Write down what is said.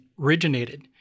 originated